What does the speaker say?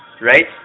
right